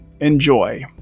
Enjoy